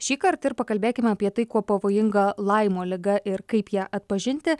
šįkart ir pakalbėkim apie tai kuo pavojinga laimo liga ir kaip ją atpažinti